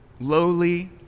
lowly